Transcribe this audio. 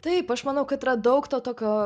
taip aš manau kad yra daug to tokio